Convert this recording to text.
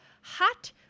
hot